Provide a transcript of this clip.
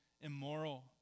immoral